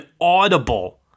audible